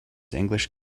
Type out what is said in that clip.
english